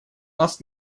нас